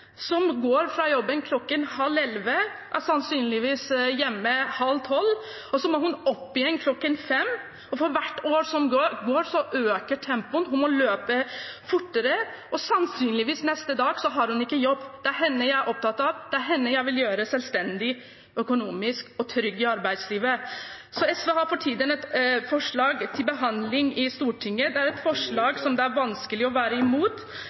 som går fra jobb kl. 22.30, sannsynligvis er hjemme kl. 23.30, og så må hun opp igjen kl. 05.00. Og for hvert år som går, øker tempoet, hun må løpe fortere, og neste dag har hun sannsynligvis ikke jobb. Det er henne jeg er opptatt av. Det er henne jeg vil gjøre økonomisk selvstendig og trygg i arbeidslivet. SV har for tiden et forslag til behandling i Stortinget. Det er et forslag det er vanskelig å være imot.